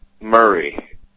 Murray